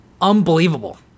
unbelievable